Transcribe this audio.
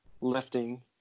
lifting